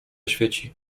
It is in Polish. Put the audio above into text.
świeci